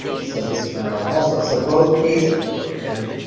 so this went on also. so both cases were in